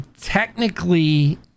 Technically